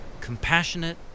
Compassionate